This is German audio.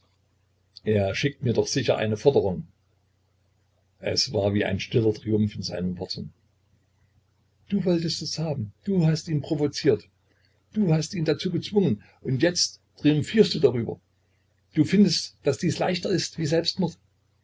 er schickt mir doch sicher eine forderung es war wie ein stiller triumph in seinen worten du wolltest es haben du hast ihn provoziert du hast ihn dazu gezwungen und jetzt triumphierst du darüber du findest daß dies leichter ist wie selbstmord